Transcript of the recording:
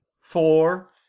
four